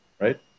right